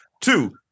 Two